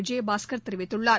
விஜயபாஸ்கர் தெரிவித்துள்ளார்